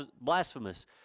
blasphemous